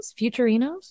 Futurinos